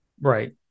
Right